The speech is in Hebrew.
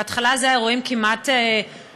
בהתחלה אלו היו אירועים כמעט חתרניים,